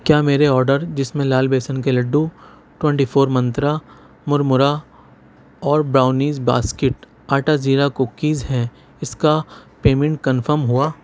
کیا میرے آرڈر جس میں لال بیسن کے لڈّو ٹوینٹی فور منترا مُرمرہ اور براؤنیز باسکیٹ آٹا زیرا کوکیز ہے اِس کا پیمنٹ کنفرم ہُوا